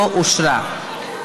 לא נתקבלה.